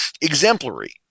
exemplary